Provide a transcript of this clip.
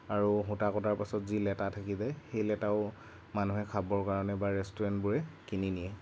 আৰু সূতা কটাৰ পাছত যি লেটা থাকি যায় সেই লেটাও মানুহে খাবৰ কাৰণে বা ৰেষ্টুৰেণ্টবোৰে কিনি নিয়ে